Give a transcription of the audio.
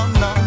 no